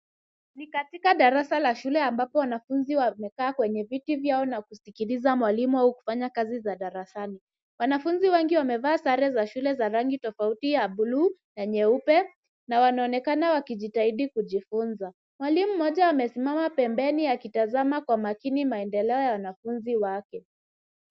Ni katika darasa la shule ambapo wanafunzi wamekaa kwenye viti vyao na kusikiliza mwalimu au kufanya kazi za darasani. Wanafunzi wengi wamevaa sare za shule za rangi tofauti ya blue na nyeupe na wanaonekana wakijitahidi kujifunza. Mwalimu mmoja amesimama pembeni akitazama kwa makini maendeleo ya wanafunzi wake.